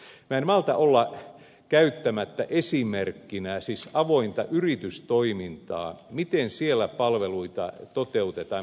minä en malta olla käyttämättä esimerkkinä avointa yritystoimintaa miten siellä palveluita toteutetaan